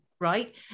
Right